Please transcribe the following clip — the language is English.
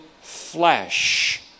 flesh